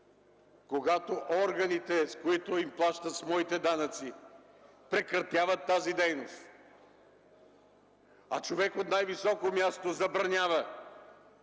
когато органите, на които им плащат с моите данъци, прекратяват тези дейност, а човек от най-високо място забранява